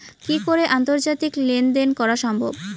কি করে আন্তর্জাতিক লেনদেন করা সম্ভব?